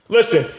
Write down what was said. Listen